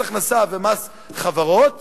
מס הכנסה ומס חברות,